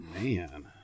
man